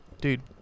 Dude